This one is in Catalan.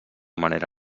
manera